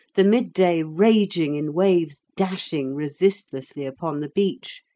the midday raging in waves dashing resistlessly upon the beach,